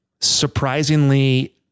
surprisingly